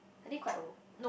are they quite old